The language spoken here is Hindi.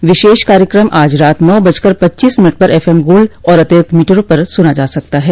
यह विशेष कार्यक्रम आज रात नौ बजकर पच्ची स मिनट पर एफएम गोल्ड और अतिरिक्त मीटरों पर सुना जा सकता है